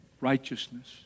righteousness